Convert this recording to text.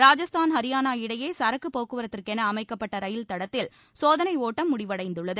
ராஜஸ்தான் ஹரியானா இடையே சரக்குப் போக்குவரத்துக்கென அமைக்கப்பட்ட ரயில் தடத்தில் சோதனை ஒட்டம் முடிவடைந்துள்ளது